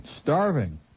Starving